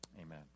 Amen